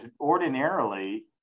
ordinarily